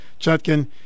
Chutkin